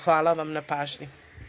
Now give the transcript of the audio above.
Hvala vam na pažnji.